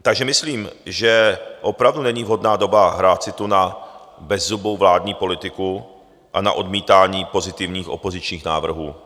Takže myslím, že opravdu není vhodná doba hrát si tu na bezzubou vládní politiku a na odmítání pozitivních opozičních návrhů.